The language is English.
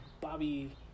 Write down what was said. Bobby